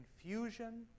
confusion